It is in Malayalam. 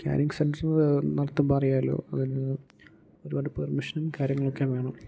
സ്കാനിംഗ് സെൻ്റര് നടത്തുമ്പോള് അറിയാമല്ലോ അതിന് ഒരുപാട് പെർമിഷനും കാര്യങ്ങളൊക്കെ വേണം